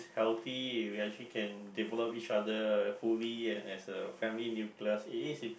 healthy you actually can develop each other fully and as a family nucleus it is